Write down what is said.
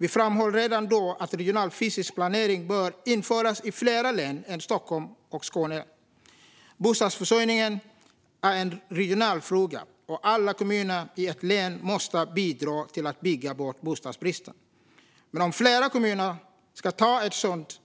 Vi framhöll redan då att regional fysisk planering bör införas i fler län än Stockholm och Skåne. Bostadsförsörjningen är en regional fråga, och alla kommuner i ett län måste bidra till att bygga bort bostadsbristen. Men om flera kommuner ska ta ett sådant